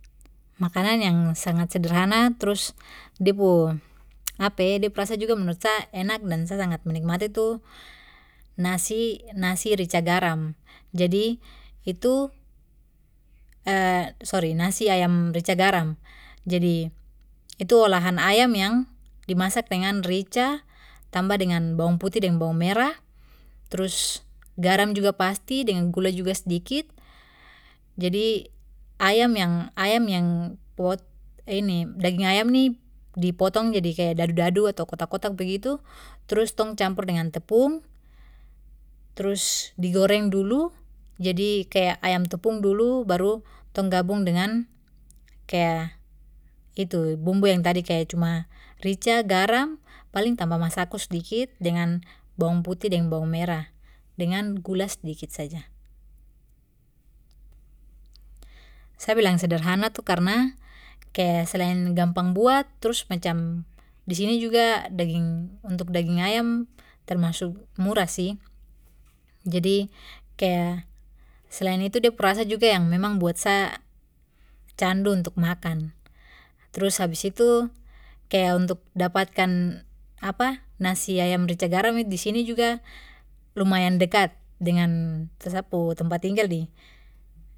Makanan yang sangat sederhana trus de pu de pu rasa juga menurut enak dan sa sangat menikmati tu nasi nasi rica garam jadi itu sorry nasi ayam rica garam jadi itu olahan ayam yang dimasak dengan rica tambah dengan bawang putih deng bawang merah trus garam juga pasti dengan gula juga sdikit, jadi ayam yang ayam yang wot ini daging ayam ni dipotong jadi kaya dadu dadu ato kotak kotak begitu trus tong campur dengan tepung, trus digoreng dulu jadi kaya ayam tepung dulu baru tong gabung dengan kaya itu bumbu yang tadi kaya cuma rica garam paling tambah masako sdikit dengan bawang putih deng bawang merah dengan gula sdikit saja. Sa bilang sederhana tu karna kaya selain gampang buat trus macam disini juga daging untuk daging ayam termasuk murah sih, jadi kaya selain itu de pu rasa juga yang memang buat sa candu untuk makan trus habis itu kaya untuk dapatkan nasi rica garam disini juga lumayan dekat dengan sa pu tempat tinggal di.